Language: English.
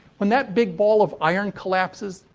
when that big ball of iron collapses,